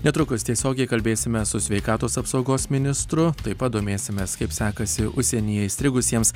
netrukus tiesiogiai kalbėsime su sveikatos apsaugos ministru taip pat domėsimės kaip sekasi užsienyje įstrigusiems